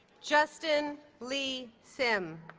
justin lee sim